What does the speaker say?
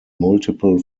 multiple